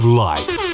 life